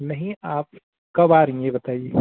नहीं आप कब आ रही हैं ये बताइए